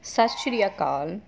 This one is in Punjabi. ਸਤਿ ਸ਼੍ਰੀ ਅਕਾਲ